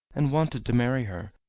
and wanted to marry her,